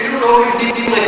נגיד את האמת, אפילו לא,